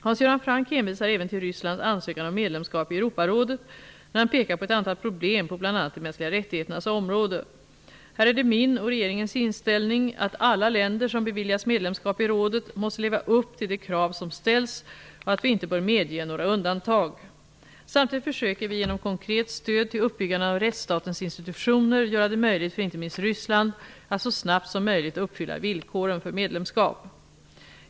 Hans Göran Franck hänvisar även till Rysslands ansökan om medlemskap i Europarådet när han pekar på ett antal problem på bl.a. de mänskliga rättigheternas område. Här är det min och regeringens inställning att alla länder som beviljas medlemskap i rådet måste leva upp till de krav som ställs och att vi inte bör medge några undantag. Samtidigt försöker vi genom konkret stöd till uppbyggandet av rättsstatens institutioner göra det möjligt för inte minst Ryssland att så snabbt som möjligt uppfylla villkoren för medlemskap.